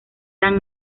san